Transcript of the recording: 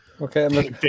okay